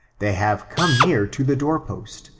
they have come near to the door-post,